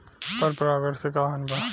पर परागण से का हानि बा?